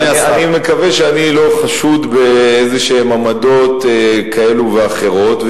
אני מקווה שאני לא חשוד באיזה עמדות כאלה ואחרות.